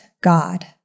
God